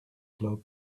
club